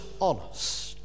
honest